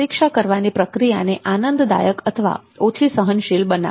પ્રતીક્ષા કરવાની પ્રક્રિયાને આનંદદાયક અથવા ઓછી સહનશીલ બનાવી